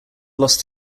lost